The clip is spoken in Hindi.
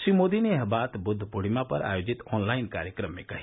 श्री मोदी ने यह बात बृद्व पूर्णिमा पर आयोजित ऑनलाइन कार्यक्रम में कही